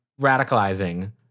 radicalizing